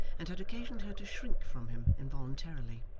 and had occasioned her to shrink from him involuntarily.